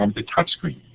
um the touchscreen.